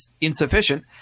insufficient